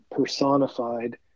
personified